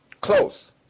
close